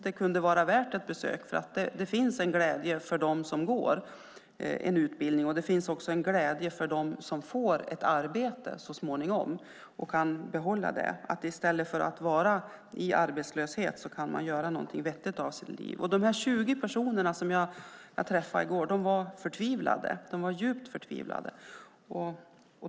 Det kunde vara värt ett besök, för det är en glädje för dem som går en utbildning och också en glädje för dem som får ett arbete så småningom och kan behålla det. I stället för att vara i arbetslöshet kan man göra någonting vettigt av sitt liv. De 20 personer som jag träffade i går var djupt förtvivlade.